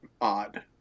odd